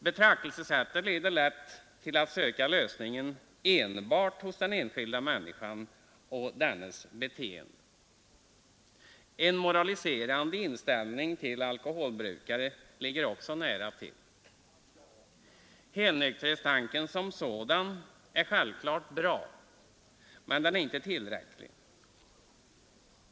Betraktelsesättet leder lätt till att söka lösningen enbart hos den enskilda människan och dennas beteende. En moraliserande inställning till alkoholbrukare ligger också nära till hands. Helnykterhetstanken som sådan är självfallet bra, men den är inte tillräcklig.